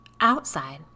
Outside